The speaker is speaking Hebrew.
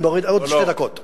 אני יורד עוד שתי דקות.